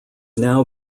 now